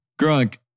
grunk